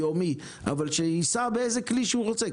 יומי ושהאדם יוכל לנסוע באיזה כלי שהוא רוצה.